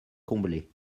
combler